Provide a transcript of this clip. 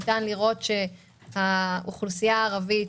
ניתן לראות שהאוכלוסייה הערבית